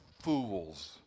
fools